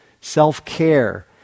self-care